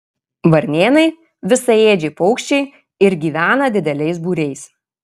varnėnai visaėdžiai paukščiai ir gyvena dideliais būriais